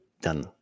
done